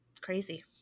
crazy